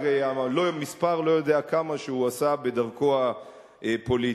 מספר לא-יודע-כמה שהוא עשה בדרכו הפוליטית.